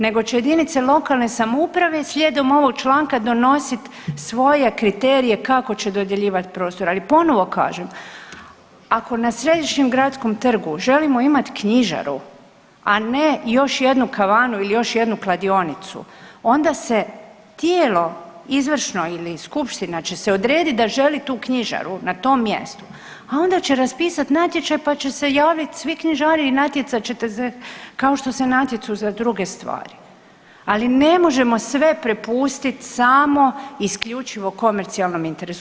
Nego će jedinice lokalne samouprave slijedom ovog članka donositi svoje kriterije kako će dodjeljivati prostor, ali ponovo kažem, ako na središnjem gradskom trgu želimo imati knjižaru, a ne još jednu kavanu ili još jednu kladionicu, onda se tijelo izvršno ili skupština će se odrediti da želi tu knjižaru na tom mjestu, a onda će raspisati natječaj pa će se javiti svi knjižari i natjecat ćete se kao što se natječu za druge stvari, ali ne možemo sve prepustiti samo isključivo komercijalnom interesu.